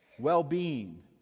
well-being